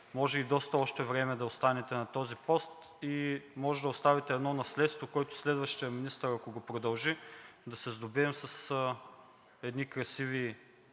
може и доста още време да останете на този пост – може да оставите едно наследство, което следващият министър, ако го продължи, да се сдобием с едни красиви